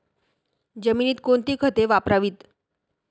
जमिनीत कोणती खते वापरावीत?